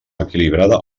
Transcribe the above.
equilibrada